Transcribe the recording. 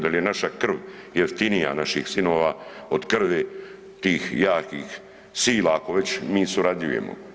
Da li je naša krv jeftinija naših sinova od krvi tih jakih sila ako već mi surađujemo?